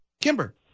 Kimber